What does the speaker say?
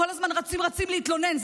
כל הזמן רצים רצים להתלונן.